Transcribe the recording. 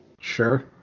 Sure